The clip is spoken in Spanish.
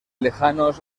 lejanos